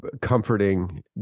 comforting